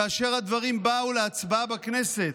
כאשר הדברים באו להצבעה בכנסת,